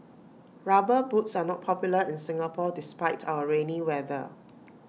rubber boots are not popular in Singapore despite our rainy weather